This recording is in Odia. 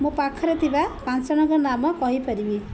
ମୋ ପାଖରେ ଥିବା ପାଞ୍ଚ ଜଣଙ୍କ ନାମ କହିପାରିବି